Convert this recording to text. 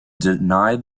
deny